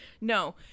No